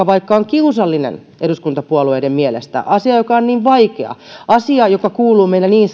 vaikka on kiusallinen eduskuntapuolueiden mielestä asia joka on niin vaikea asia joka kuuluu meillä niin